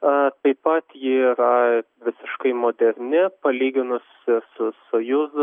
a taip pat ji yra visiškai moderni palyginus su sojuz